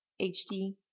HD